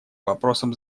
вопросам